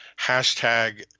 hashtag